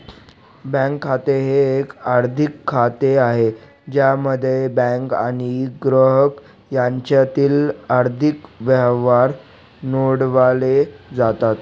bank खाते हे एक आर्थिक खाते आहे ज्यामध्ये बँक आणि ग्राहक यांच्यातील आर्थिक व्यवहार नोंदवले जातात